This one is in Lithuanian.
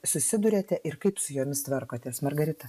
susiduriate ir kaip su jomis tvarkotės margarita